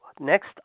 Next